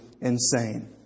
insane